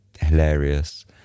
hilarious